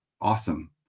Awesome